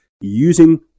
using